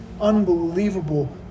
unbelievable